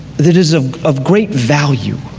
that is of of great value.